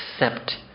accept